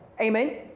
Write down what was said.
Amen